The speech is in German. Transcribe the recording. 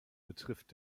betrifft